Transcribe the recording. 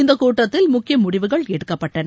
இந்தக் கூட்டத்தில் முக்கிய முடிவுகள் எடுக்கப்பட்டன